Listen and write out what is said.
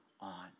on